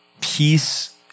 peace